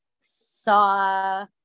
saw